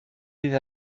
bydd